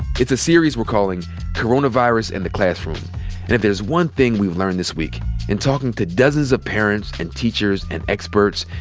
it's a series we're calling coronavirus and the classroom. and if there's one thing we've learned this week in talking to dozens of parents, and teachers, and experts,